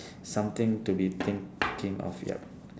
something to be thinking of yup